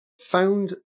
found